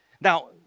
now